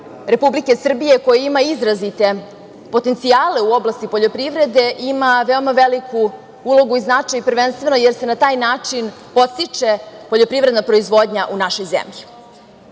Republike Srbije, koja ima izrazite potencijale u oblasti poljoprivrede, ima veoma veliku ulogu i značaj prvenstveno jer se na taj način podstiče poljoprivredna proizvodnja u našoj zemlji. Koliko